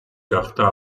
გახდა